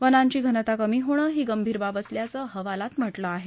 वनांची घनता कमी होणं ही गंभीर बाब असल्याचं अहवालात म्हटलं आहे